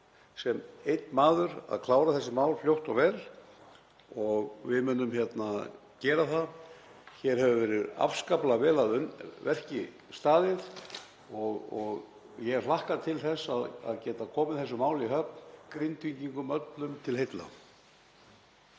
sem einn maður að því að klára þessi mál fljótt og vel. Við munum gera það. Hér hefur verið afskaplega vel að verki staðið og ég hlakka til að geta komið þessu máli í höfn, Grindvíkingum öllum til heilla.